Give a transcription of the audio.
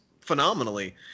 phenomenally